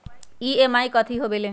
EMI कथी होवेले?